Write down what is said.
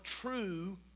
true